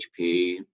HP